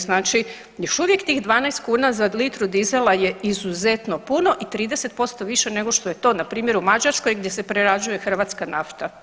Znači još uvijek tih 12 kuna za litru dizela je izuzetno puno i 30% više nego što je to na primjer u Mađarskoj gdje se prerađuje hrvatska nafta.